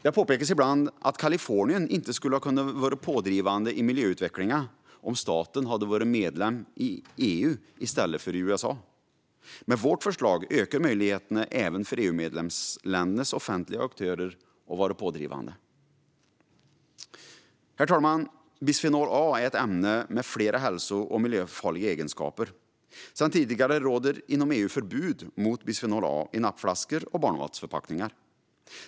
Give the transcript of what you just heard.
Det påpekas ibland att Kalifornien inte skulle ha kunnat vara pådrivande i miljöutvecklingen om staten hade varit medlem i EU i stället för i USA. Med vårt förslag ökar möjligheterna även för EU-medlemsländernas offentliga aktörer att vara pådrivande. Herr talman! Bisfenol A är ett ämne med flera hälso och miljöfarliga egenskaper. Sedan tidigare råder inom EU förbud mot bisfenol A i nappflaskor och barnmatsförpackningar.